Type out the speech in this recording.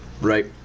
Right